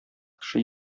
кеше